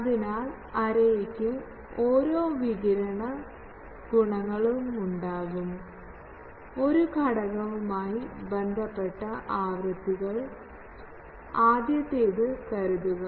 അതിനാൽ എറേയ്ക്ക് ഒരേ വികിരണ ഗുണങ്ങളുണ്ടാകും ഒരു ഘടകവുമായി ബന്ധപ്പെട്ട ആവൃത്തികൾ ആദ്യത്തേത് കരുതുക